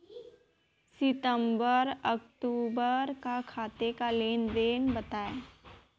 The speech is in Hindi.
सितंबर अक्तूबर का खाते का लेनदेन बताएं